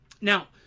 Now